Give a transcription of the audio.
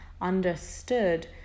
understood